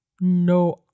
No